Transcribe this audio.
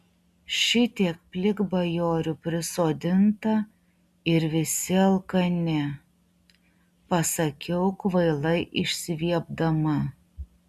šitiek plikbajorių prisodinta ir visi alkani pasakiau kvailai išsiviepdama